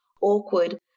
awkward